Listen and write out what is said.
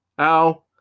Ow